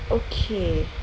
okay